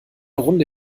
runde